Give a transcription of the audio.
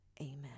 Amen